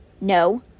No